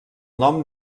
nom